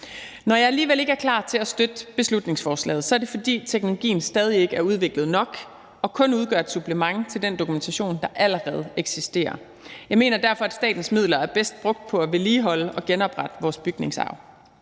Når jeg alligevel ikke er klar til at støtte beslutningsforslaget, er det, fordi teknologien stadig væk ikke er udviklet nok og kun udgør et supplement til den dokumentation, der allerede eksisterer. Jeg mener derfor, at statens midler er bedst brugt på at vedligeholde og genoprette vores bygningsarv.